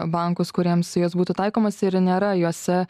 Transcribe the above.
bankus kuriems jos būtų taikomos ir nėra juose